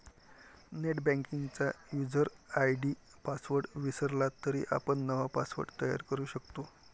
नेटबँकिंगचा user ID password विसरला तरी आपण नवा पासवर्ड तयार करू शकतो